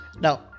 Now